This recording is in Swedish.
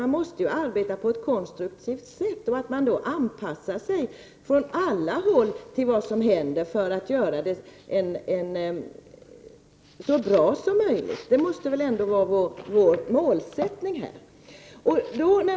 Man måste ju arbeta på ett konstruktivt sätt, och vi måste från alla håll anpassa oss till vad som händer för att göra det så bra som möjligt. Det måste väl ändå vara vår målsättning.